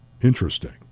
Interesting